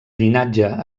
llinatge